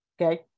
okay